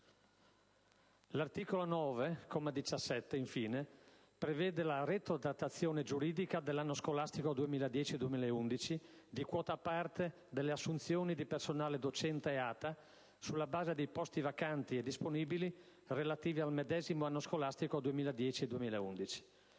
L'articolo 9, comma 17, infine, prevede «la retrodatazione giuridica dall'anno scolastico 2010-2011 di quota parte delle assunzioni di personale docente e ATA sulla base dei posti vacanti e disponibili relativi al medesimo anno scolastico 2010-2011».